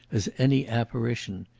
as any apparition.